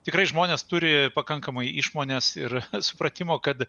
tikrai žmonės turi pakankamai išmonės ir supratimo kad